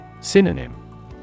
Synonym